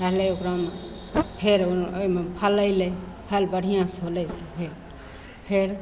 रहलै ओकरामे फेर ओहिमे एहिमे फल अएलै फल बढ़िआँसे होलै फेर फेर